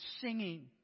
singing